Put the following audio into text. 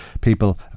people